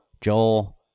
Joel